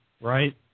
right